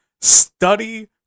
study